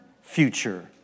future